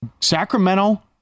Sacramento